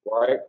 right